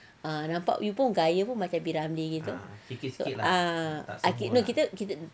ah nampak you pun gaya macam P ramlee gitu ah kit~ no kita kita